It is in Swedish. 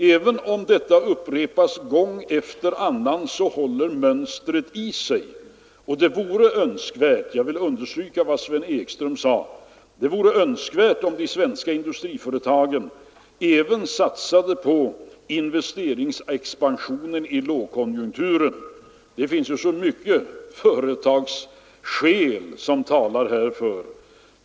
Även om detta upprepas gång efter annan håller mönstret i sig. Och det vore önskvärt — jag vill understryka vad Sven Ekström sade — att de svenska företagen även satsade på investeringsexpansionen i lågkonjunkturen. Det finns ju så många företagsekonomiska skäl som talar för det.